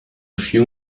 few